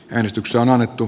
yhdistyksiä on annettu